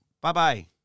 Bye-bye